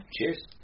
cheers